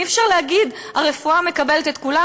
אי-אפשר להגיד: הרפואה מקבלת את כולם,